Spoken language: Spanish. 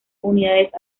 unidades